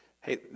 hey